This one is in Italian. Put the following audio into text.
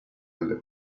alle